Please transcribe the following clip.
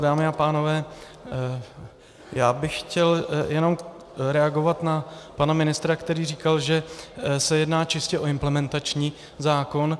Dámy a pánové, já bych chtěl jenom reagovat na pana ministra, který říkal, že se jedná čistě o implementační zákon.